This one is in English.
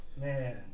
man